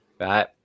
Right